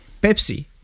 Pepsi